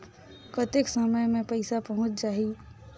कतेक समय मे पइसा पहुंच जाही?